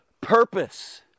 purpose